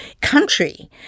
country